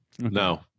No